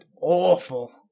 awful